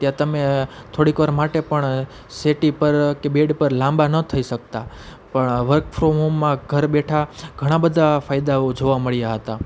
ત્યાં તમે થોડીક વાર માટે પણ સેટી પર કે બેડ પર લાંબા ન થઈ શકતા પણ વર્ક ફ્રોમ હોમમાં ઘર બેઠા ઘણા બધા ફાયદાઓ જોવા મળ્યા હતા